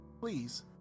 Please